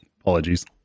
Apologies